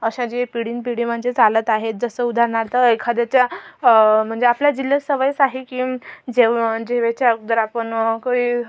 अशा जे पिढींपिढी म्हणजे चालत आहेत जसं उदाहरणार्थ एखाद्याच्या म्हणजे आपल्या जिल्ह्यात सवयच आहे की जेव जेवायच्या अगोदर आपण काही